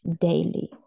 Daily